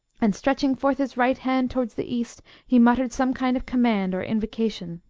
and, stretching forth his right hand towards the east, he muttered some kind of command or invocation.